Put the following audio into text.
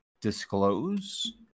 disclose